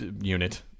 Unit